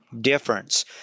Difference